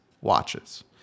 watches